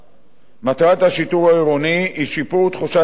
מטרת השיטור העירוני היא שיפור תחושת הביטחון